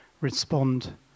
respond